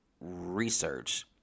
research